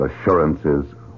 assurances